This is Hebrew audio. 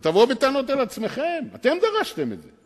אז תבואו בטענות לעצמכם, אתם דרשתם את זה.